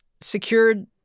secured